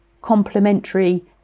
complementary